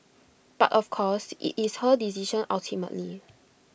but of course IT is her decision ultimately